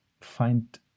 find